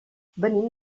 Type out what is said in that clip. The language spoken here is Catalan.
venim